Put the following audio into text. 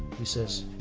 he says